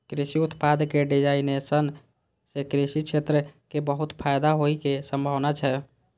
कृषि उत्पाद के डिजिटाइजेशन सं कृषि क्षेत्र कें बहुत फायदा होइ के संभावना छै